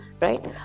right